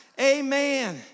Amen